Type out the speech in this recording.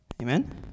Amen